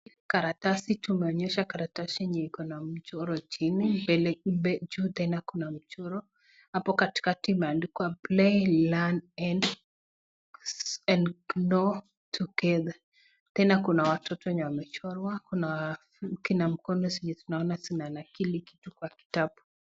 Hili karatasi tumeonyeshwa karatasi yenye iko na mchoro chini, mbele juu tena kuna mchoro. Hapo katikati imeandikwa play learn and know together . Tena kuna watoto wenye wamechorwa, kuna kuna mikono zenye tunaona zinaandikili kitu kwa kitabu.